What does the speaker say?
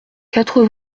quatre